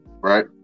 right